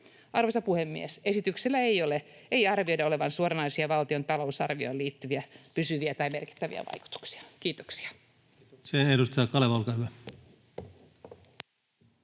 Arvoisa puhemies! Esityksellä ei arvioida olevan suoranaisia valtion talousarvioon liittyviä pysyviä tai merkittäviä vaikutuksia. — Kiitoksia.